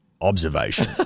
observation